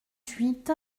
huit